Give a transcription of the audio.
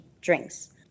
drinks